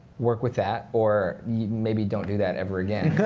work with that. or maybe don't do that ever again.